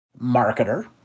marketer